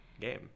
game